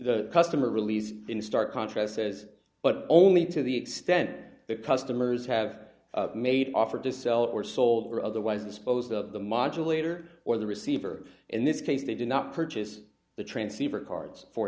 the customer released in stark contrast says but only to the extent that customers have made an offer to sell or sold or otherwise disposed of the modulator or the receiver in this case they did not purchase the transceiver cards for